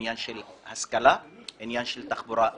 עניין של השכלה, עניין של תחבורה ציבורית,